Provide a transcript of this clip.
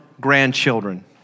grandchildren